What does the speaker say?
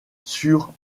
sur